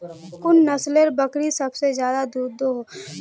कुन नसलेर बकरी सबसे ज्यादा दूध दो हो?